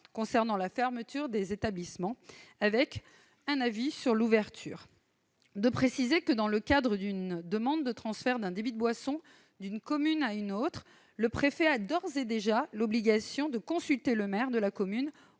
concernant la fermeture des établissements avec un avis sur l'ouverture de préciser que dans le cadre d'une demande de transfert d'un débit de boisson d'une commune à une autre, le préfet a d'ores et déjà l'obligation de consulter le maire de la commune